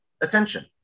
attention